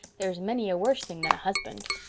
there's many a worse thing than a husband.